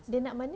dia nak mana